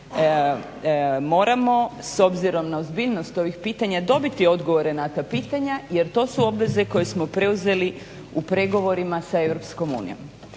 moramo s obzirom na ozbiljnost ovih pitanja dobiti odgovore na ta pitanja jer to su obveze koje smo preuzeli u pregovorima sa EU. Da li